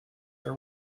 are